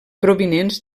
provinents